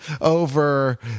over